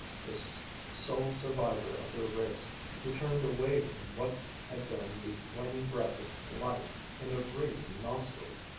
this sole survivor of their race who turned away from what had been the flaming breath of life in their brazen nostrils,